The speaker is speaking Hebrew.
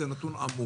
זה נתון עמום.